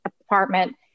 apartment